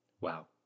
wow